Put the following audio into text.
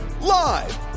Live